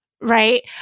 right